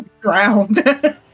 Ground